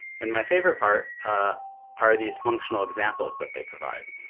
and my favorite part are these functional examples that they provide.